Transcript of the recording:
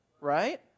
right